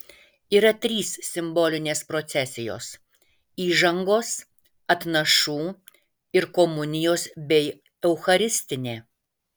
yra trys simbolinės procesijos įžangos atnašų ir komunijos bei eucharistinė